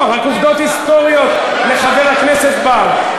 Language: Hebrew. לא, לא, רק עובדות היסטוריות לחבר הכנסת בר.